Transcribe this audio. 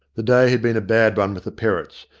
the day had been a bad one with the perrotts.